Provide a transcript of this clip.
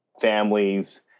families